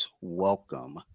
welcome